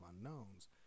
unknowns